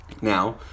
Now